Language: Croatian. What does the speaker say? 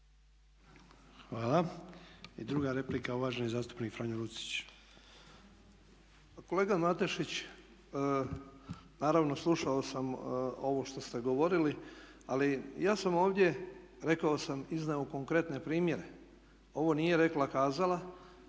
Hvala. I druga replika uvaženi zastupnik Franjo Lucić. **Lucić, Franjo (HDZ)** Pa kolega Matešić, naravno slušao sam ovo što ste govorili, ali ja sam ovdje, rekao sam, iznio konkretne primjere, ovo nije rekla kazala